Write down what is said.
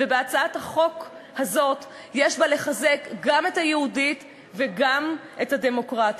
והצעת החוק יש בה כדי לחזק גם את היהודית וגם את הדמוקרטית.